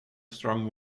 strong